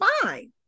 fine